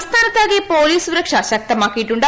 സംസ്ഥാനത്താകെ police സുരക്ഷ ശക്തമാക്കിയിട്ടുണ്ട്